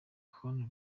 hon